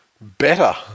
better